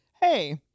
hey